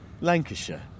Lancashire